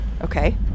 okay